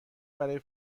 برای